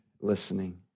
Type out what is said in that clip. listening